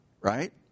Right